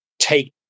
take